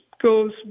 goes